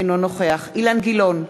אינו נוכח אילן גילאון,